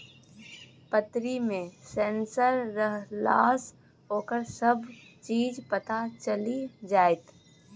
पतरी मे सेंसर रहलासँ ओकर सभ चीज पता चलि जाएत